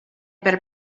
better